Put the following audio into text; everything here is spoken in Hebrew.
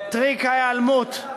טריק ההיעלמות.